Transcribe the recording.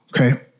Okay